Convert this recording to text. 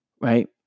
right